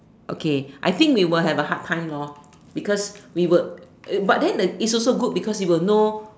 okay I think we will have a hard time lor because we would but then it's also good because we will know